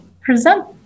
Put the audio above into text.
present